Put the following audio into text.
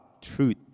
truth